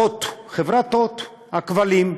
הוט, חברת הוט, הכבלים,